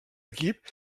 equip